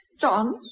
John